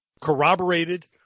corroborated